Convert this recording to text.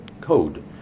code